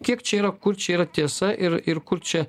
iki kiek čia yra kur čia yra tiesa ir ir kur čia